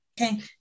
Okay